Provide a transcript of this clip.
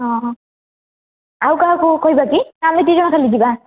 ହଁ ହଁ ଆଉ କାହାକୁ କହିବା କି ନା ଆମେ ଦୁଇ ଜଣ ଖାଲି ଯିବା